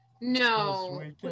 No